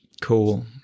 Cool